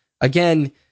Again